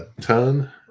ton